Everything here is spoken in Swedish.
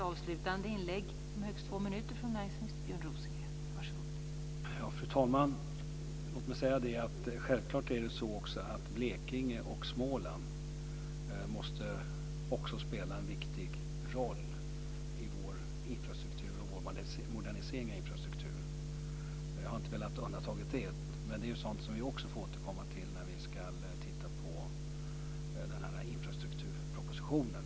Fru talman! Låt mig säga att Blekinge och Småland självklart också måste spela en viktig roll i vår infrastruktur och i vår modernisering av infrastrukturen. Jag har inte velat undanta det, men det är sådant som vi också får återkomma till när vi ska titta på den här infrastrukturpropositionen.